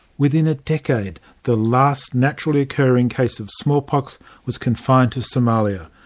within a decade the last naturally occurring case of smallpox was confined to somalia.